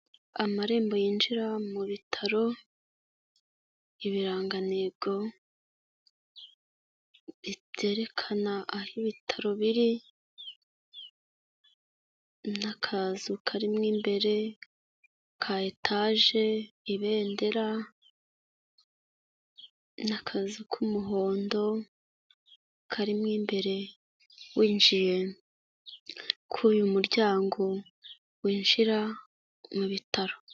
Amarembo yinjira mu bitaro ibirangantego byerekana aho ibitaro biri n'akazu karimo imbere ka etage, ibendera n'akazu k'umuhondo karimo imbere winjiye kuri uyu muryango winjira mu bitaro.